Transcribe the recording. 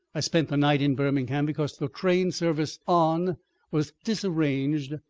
i spent the night in birmingham because the train service on was disarranged,